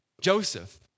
Joseph